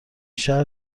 شهر